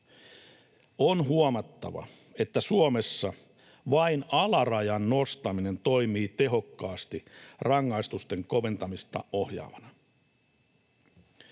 On huomattava, että Suomessa vain alarajan nostaminen toimii tehokkaasti rangaistusten koventamista ohjaavana.